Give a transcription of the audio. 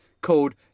called